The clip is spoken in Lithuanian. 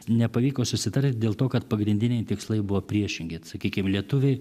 nepavyko susitarti dėl to kad pagrindiniai tikslai buvo priešingi sakykim lietuviai